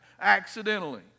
accidentally